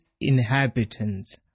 inhabitants